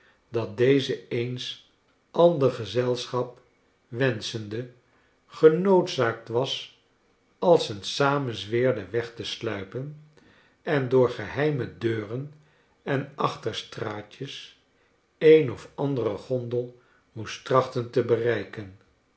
dat deze eens ander gezelschap wenschende genoodzaakt was als een samenzweerder iweg te sluipen ien door geheime deuren en achterstraatjes een of andere gondel moest trachten te bereiken